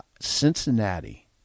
Cincinnati